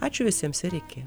ačiū visiems ir iki